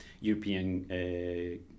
European